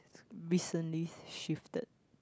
recently shifted